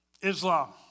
Islam